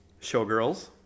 Showgirls